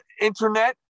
Internet